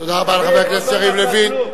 תודה רבה לחבר הכנסת יריב לוין.